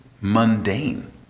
mundane